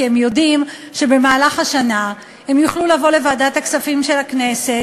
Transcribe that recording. כי הם יודעים שבמהלך השנה הם יוכלו לבוא לוועדת הכספים של הכנסת,